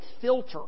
filter